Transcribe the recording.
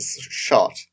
shot